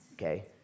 Okay